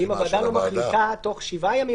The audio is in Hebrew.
שאם הוועדה לא מחליטה תוך חמישה ימים,